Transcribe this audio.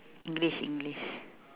english english